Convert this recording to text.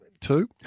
Two